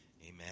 Amen